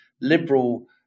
liberal